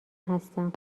هستم